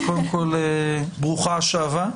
ברוכה השבה.